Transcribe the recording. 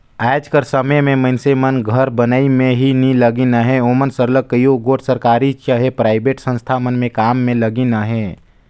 आएज कर समे में मइनसे मन घर बनई में ही नी लगिन अहें ओमन सरलग कइयो गोट सरकारी चहे पराइबेट संस्था मन में काम में लगिन अहें